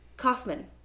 Kaufman